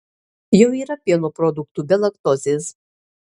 jau yra pieno produktų be laktozes